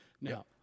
Now